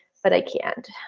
but i can't,